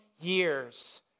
years